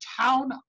town